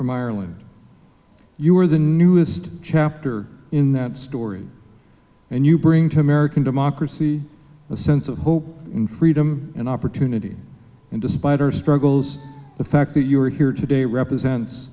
from ireland you were the newest chapter in that story and you bring to american democracy a sense of hope and freedom and opportunity and despite our struggles the fact that you are here today represents